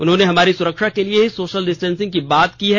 उन्होंने हमारी सुरक्षा के लिए ही सोशल डिस्टेंसिंग की बात की है